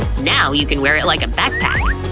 now you can wear it like a backpack!